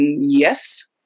yes